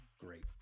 great